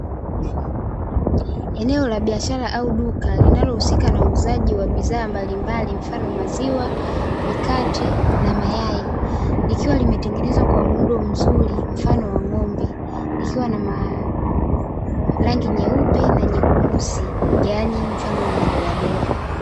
Eneo la biashara au duka linalohusika na uuzaji wa bidhaa mbalimbali mfano maziwa, mikate na mayai. Likiwa limetengenezwa kwa muundo mzuri mfano wa ng'ombe likiwa na rangi nyeupe na nyeusi, yaani mfano wa madoadoa.